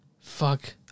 Fuck